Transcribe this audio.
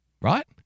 Right